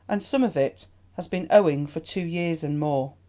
and some of it has been owing for two years and more.